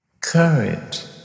Courage